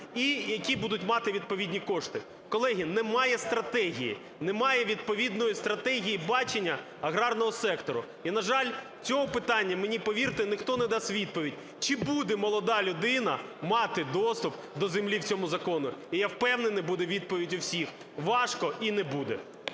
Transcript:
і які будуть мати відповідні кошти. Колеги, немає стратегії, немає відповідної стратегії бачення аграрного сектору. І на жаль, цього питання мені, повірте, ніхто не дасть відповідь: чи буде молода людина мати доступ до землі в цьому законі. І я впевнений, буде відповідь у всіх: важко і не буде.